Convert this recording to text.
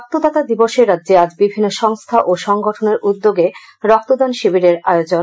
রক্তদাতা দিবসে রাজ্যে আজ বিভিন্ন সংস্থা ও সংগঠনের উদ্যোগে বক্তদান শিবিবের আয়োজন